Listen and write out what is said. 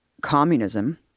communism